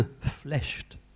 fleshed